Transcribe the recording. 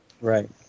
Right